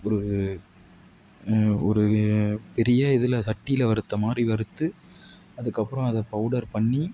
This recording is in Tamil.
ஒரு ஸ் ஒரு பெரிய இதில் சட்டியில் வறுத்த மாதிரி வறுத்து அதுக்கப்புறம் அதை பவுடர் பண்ணி